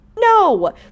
No